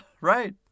right